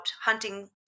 hunting